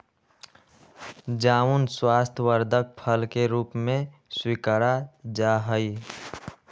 जामुन स्वास्थ्यवर्धक फल के रूप में स्वीकारा जाहई